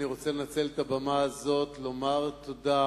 אני רוצה לנצל את הבמה הזאת לומר תודה